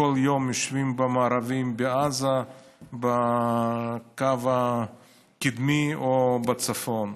כל יום יושבים במארבים בקו הקדמי בעזה או בצפון.